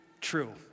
true